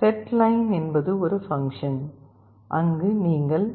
செட்லைன் என்பது ஒரு பங்ஷன் அங்கு நீங்கள்